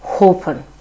open